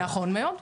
נכון מאוד.